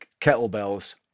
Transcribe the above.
kettlebells